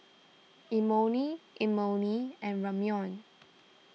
Imoni Imoni and Ramyeon